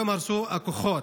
היום הרסו הכוחות,